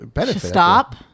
Stop